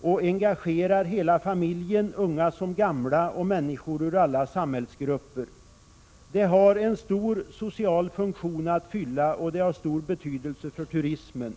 och engagerar hela familjen, unga som gamla, och människor ur alla samhällsgrupper. Det har en stor social funktion att fylla, och det har stor betydelse för turismen.